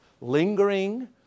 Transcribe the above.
lingering